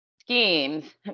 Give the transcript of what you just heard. schemes